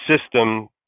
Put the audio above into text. system